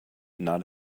not